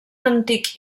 antic